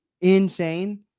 Insane